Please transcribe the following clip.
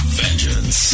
vengeance